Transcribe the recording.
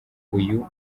uyu